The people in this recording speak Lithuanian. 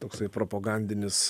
toksai propogandinis